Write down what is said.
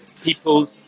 people